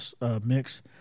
mix